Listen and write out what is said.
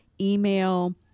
email